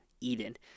Eden